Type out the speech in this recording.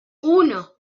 uno